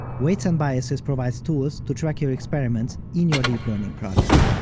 weights and biases provides tools to track your experiments in your deep learning projects.